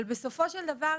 אבל בסופו של דבר,